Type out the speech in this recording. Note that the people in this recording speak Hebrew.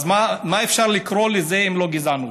אז איך אפשר לקרוא לזה אם לא גזענות?